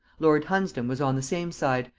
lord hunsdon was on the same side,